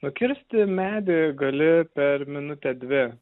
nukirsti medį gali per minutę dvi